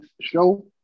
show